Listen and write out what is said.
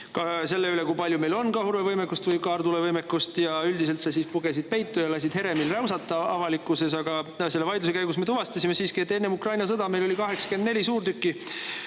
selle üle, kui palju meil on kahurväevõimekust ehk kaartulevõimekust, ja üldiselt sa siis pugesid peitu ja lasid Heremil avalikkuses räusata. Aga selle vaidluse käigus me tuvastasime siiski, et enne Ukraina sõda meil oli 84 erinevat